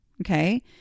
Okay